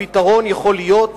הפתרון יכול להיות